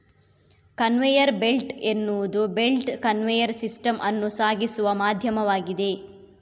conveyor belt ಎನ್ನುವುದು belt conveyor system ಅನ್ನು ಸಾಗಿಸುವ ಮಾಧ್ಯಮವಾಗಿದೆ